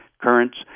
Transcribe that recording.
currents